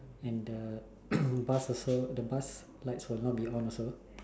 and the bus also the bus lights will not be on also